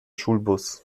schulbus